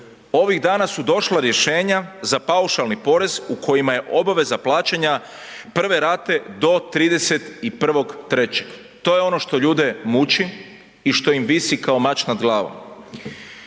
ovih dana su došla rješenja za paušalni porez u kojima je obaveza plaćanja prve rate do 31.3., to je ono što ljude muči i što im visi kao mač nad glavom.